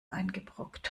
eingebrockt